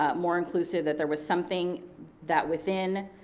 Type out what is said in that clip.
ah more inclusive, that there was something that within